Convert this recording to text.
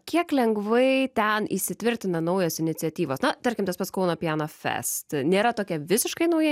kiek lengvai ten įsitvirtina naujos iniciatyvos na tarkim tas pats kauno piano fest nėra tokia visiškai nauja